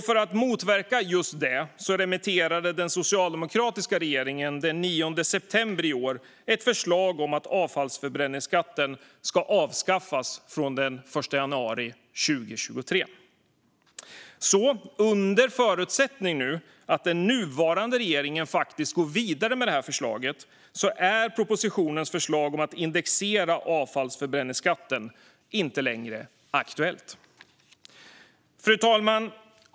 För att motverka just detta remitterade den socialdemokratiska regeringen den 9 september i år ett förslag om att avfallsförbränningsskatten ska avskaffas från den 1 januari 2023. Under förutsättning att den nuvarande regeringen faktiskt går vidare med detta förslag är propositionens förslag om att indexera avfallsförbränningsskatten inte längre aktuellt. Fru talman!